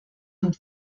und